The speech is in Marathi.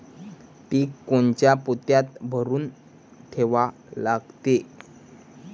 पीक कोनच्या पोत्यात भरून ठेवा लागते?